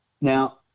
Now